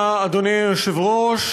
אדוני היושב-ראש,